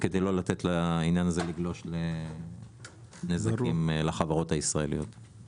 כדי לא לתת לעניין הזה לגלוש לנזק לחברות הישראליות.